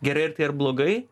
gerai tai ar blogai